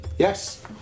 Yes